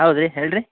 ಹೌದು ರೀ ಹೇಳಿ ರೀ